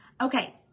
Okay